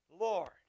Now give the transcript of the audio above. Lord